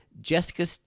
Jessica